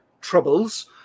Troubles